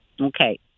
Okay